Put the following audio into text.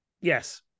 yes